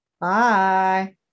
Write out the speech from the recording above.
bye